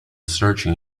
searching